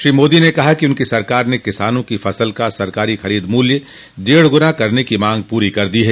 श्री मोदी ने कहा कि उनकी सरकार ने किसानों की फसल का सरकारी खरीद मूल्य डेढ़ गुना करने की मांग पूरी कर दी है